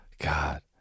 God